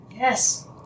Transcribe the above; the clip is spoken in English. Yes